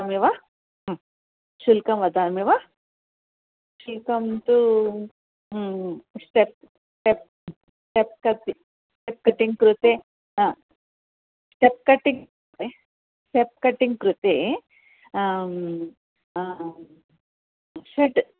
करोमि वा शुल्कं वदामि वा शुल्कं तु step step step cutting step cutting कृते हा स्टेप् कटिङ्ग् कृते स्टेप् कटिङ्ग् कृते षड्